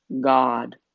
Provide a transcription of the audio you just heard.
God